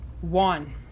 one